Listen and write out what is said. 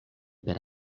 per